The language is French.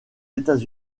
états